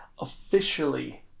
Officially